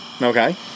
Okay